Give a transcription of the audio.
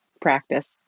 practice